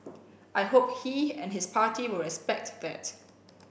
I hope he and his party will respect that